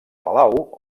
palau